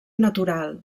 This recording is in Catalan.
natural